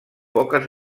poques